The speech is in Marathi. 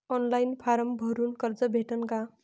ऑनलाईन फारम भरून कर्ज भेटन का?